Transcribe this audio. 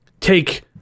take